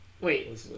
wait